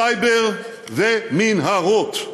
סייבר ומנהרות,